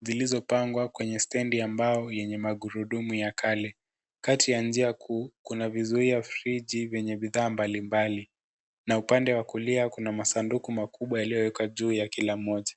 zilizopangwa kwenye stendi ya mbao yenye magurudumu ya kale. Kati ya njia kuu, kuna vizuia friji vyenye bidhaa mbalimbali na upande wa kulia kuna masanduku makubwa yaliyowekwa juu ya kila moja.